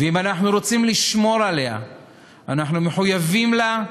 ואם אנחנו רוצים לשמור עליה אנחנו מחויבים לה,